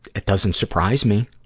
it doesn't surprise me.